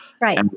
Right